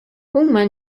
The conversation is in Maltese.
huma